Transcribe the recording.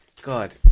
God